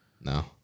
No